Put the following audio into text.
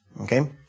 Okay